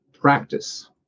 practice